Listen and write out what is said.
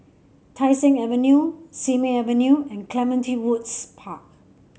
Tai Seng Avenue Simei Avenue and Clementi Woods Park